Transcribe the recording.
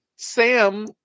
Sam